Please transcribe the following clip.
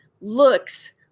looks